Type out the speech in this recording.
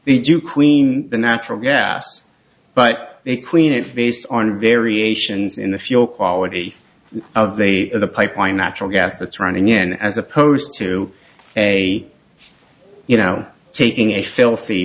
they do queen the natural gas but they clean it based on variations in the fuel quality of the a pipeline natural gas that's running in as opposed to a you know taking a filthy